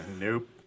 Nope